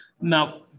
Now